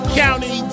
county